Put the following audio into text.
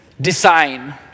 design